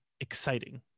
exciting